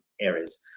areas